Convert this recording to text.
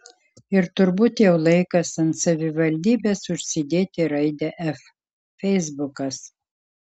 ir turbūt jau laikas ant savivaldybės užsidėti raidę f feisbukas